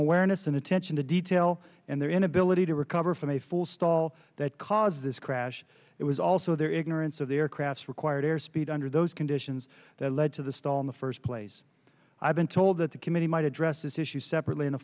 awareness and attention to detail and their inability to recover from a full stall that caused this crash it was also their ignorance of the aircraft's required airspeed under those conditions that led to the stall in the first place i've been told that the committee might address this issue separately in the